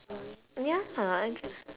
ya lah it's